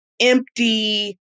empty